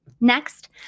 Next